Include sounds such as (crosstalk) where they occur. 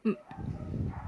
mm (breath)